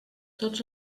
tots